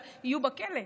יהיו בכלא,